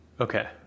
Okay